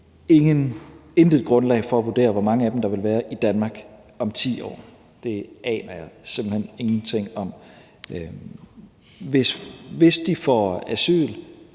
intet grundlag for at vurdere, hvor mange af dem der vil være i Danmark om 10 år. Det aner jeg simpelt hen ingenting om. Hvis de får asyl,